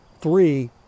three